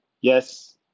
Yes